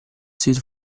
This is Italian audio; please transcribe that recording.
sito